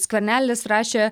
skvernelis rašė